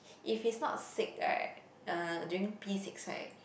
if he's not sick right uh during P-six right